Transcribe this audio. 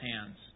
hands